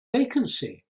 vacancy